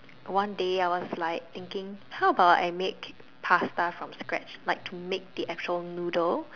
one day I was like thinking how about I make pasta from scratch like to make the actual noodle